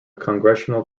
congregational